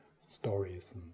stories